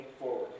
forward